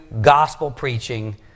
gospel-preaching